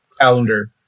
calendar